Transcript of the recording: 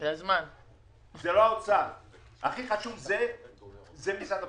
הכי חשוב זה משרד הבריאות.